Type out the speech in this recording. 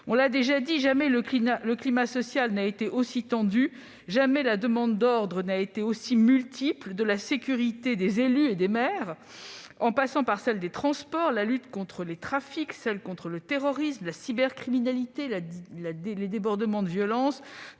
des Français. Jamais le climat social n'a été aussi tendu et jamais la demande d'ordre n'a été aussi multiple. De la sécurité des maires et des élus, en passant par celle des transports, la lutte contre les trafics et celle contre le terrorisme, la cybercriminalité, les débordements et violences